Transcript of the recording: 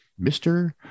Mr